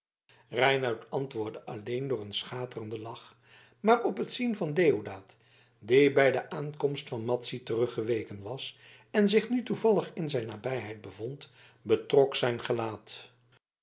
reinout antwoordde alleen door een schaterend gelach maar op het zien van deodaat die bij de aankomst van madzy teruggeweken was en zich nu toevallig in zijn nabijheid bevond betrok zijn gelaat